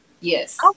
yes